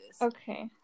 okay